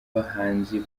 bahanzi